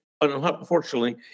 unfortunately